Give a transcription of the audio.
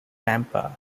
tampa